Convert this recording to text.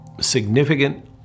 significant